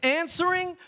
answering